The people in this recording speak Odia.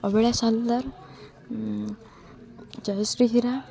ଅଭିଳାଶ ହାଲଦାର ଜୟଶ୍ରୀ ହୀରା